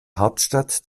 hauptstadt